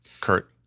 Kurt